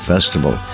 Festival